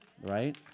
right